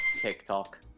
TikTok